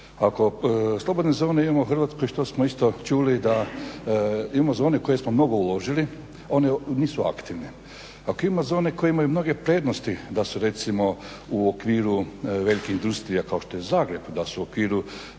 Ako slobodne zone imamo u Hrvatskoj što smo isto čuli da imamo zone u koje smo mnogo uložili, one nisu aktivne. Ako ima zone koje imaju mnoge prednosti da su recimo u okviru velikih industrija kao što je Zagreb, da su u okviru